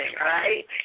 right